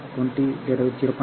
2 இது 100 Km